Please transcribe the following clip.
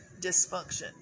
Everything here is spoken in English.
dysfunction